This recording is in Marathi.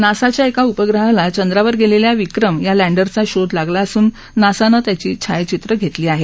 नासाच्या एका उपग्रहाला चंद्रावर गेलेल्या विक्रम या लँडरचा शोध लागला असून नासानं त्याची छायाचित्र घेतली आहेत